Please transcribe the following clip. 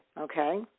okay